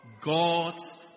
God's